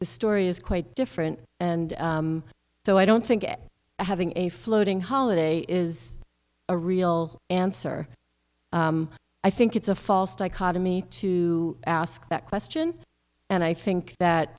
the story is quite different and so i don't think it having a floating holiday is a real answer i think it's a false dichotomy to ask that question and i think that